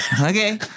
Okay